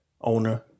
owner